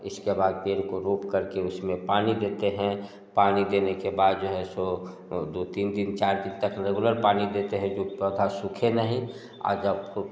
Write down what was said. इसके बाद इनको रोपकर के उसमें पानी देते हैं पानी देने के बाद जो है सो दो तीन दिन चार दिन तक रेगुलर पानी देते हैं जो कि पौधा सूखे नहीं आज आपको